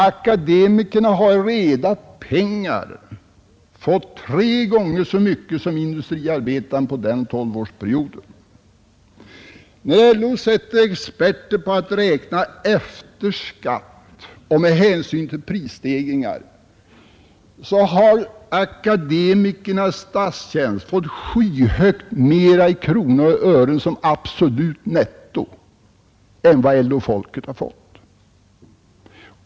Akademikerna har i reda pengar fått tre gånger så mycket som industriarbetarna under denna tolvårsperiod. När LO sätter experter på att räkna ut lönen efter skatt och med hänsyn tagen till prisstegringar visar det sig att akademikerna i statstjänst fått skyhögt mer i kronor och öre som absolut netto än vad LO-folket fått.